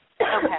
Okay